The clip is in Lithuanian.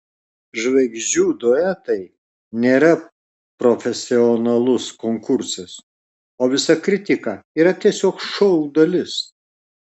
žvaigždžių duetai nėra profesionalus konkursas o visa kritika yra tiesiog šou dalis